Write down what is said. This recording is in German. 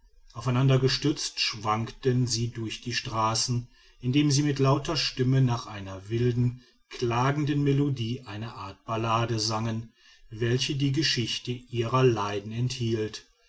aufeinander gestützt schwankten sie durch die straßen indem sie mit lauter stimme nach einer wilden klagenden melodie eine art ballade sangen welche die geschichte ihrer leiden enthielt